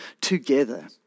together